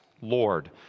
Lord